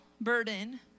burden